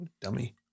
Dummy